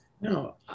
No